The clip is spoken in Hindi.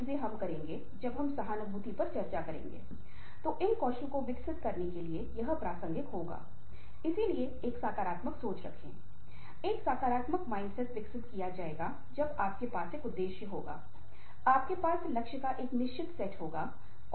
लेकिन हम भावनात्मक बुद्धि शब्द का उपयोग करते हैं पर भावनात्मक परिपक्वता का नहीं इसका मतलब उसके पास खुद को समझने के साथ साथ दूसरों को समझने और किसी विशेष परिस्थिति के अनुसार प्रतिक्रिया दिखाने के लिए एक आवश्यक भावना है